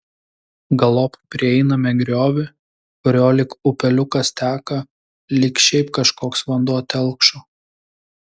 galop prieiname griovį kuriuo lyg upeliukas teka lyg šiaip kažkoks vanduo telkšo